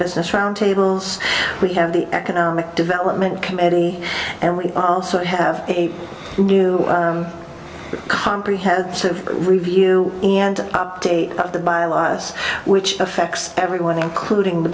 business round tables we have the economic development committee and we also have a new comprehensive review and update of the by lies which affects everyone including the